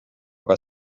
aga